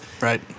Right